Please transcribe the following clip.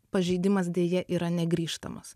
pažeidimas deja yra negrįžtamas